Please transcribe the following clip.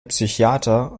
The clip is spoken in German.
psychiater